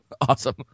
Awesome